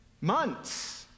Months